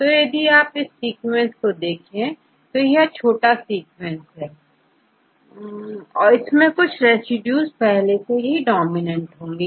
तो यदि आप इस सीक्वेंस को देखें तो यह छोटा सीक्वेंस है इसमें कुछ रेसिड्यूज पहले से डोमिनेंट होंगे